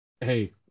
Hey